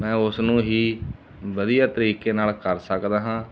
ਮੈਂ ਉਸ ਨੂੰ ਹੀ ਵਧੀਆ ਤਰੀਕੇ ਨਾਲ ਕਰ ਸਕਦਾ ਹਾਂ